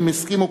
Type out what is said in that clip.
הם הסכימו,